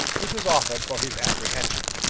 which was offered for his apprehension.